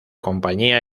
compañía